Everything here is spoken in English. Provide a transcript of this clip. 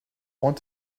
want